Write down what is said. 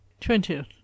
Twentieth